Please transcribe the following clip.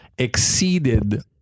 Exceeded